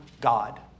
God